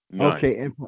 Okay